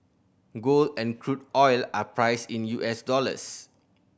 gold and crude oil are priced in U S dollars